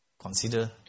Consider